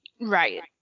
Right